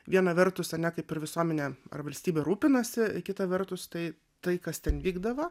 viena vertus ane kaip ir visuomenė ar valstybė rūpinasi kita vertus tai tai kas ten vykdavo